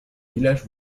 village